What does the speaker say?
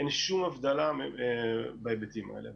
אין שום הבדלה בהיבטים האלה.